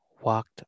walked